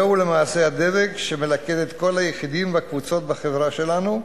זהו למעשה הדבק המלכד את כל היחידים והקבוצות בחברה שלנו.